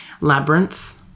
Labyrinth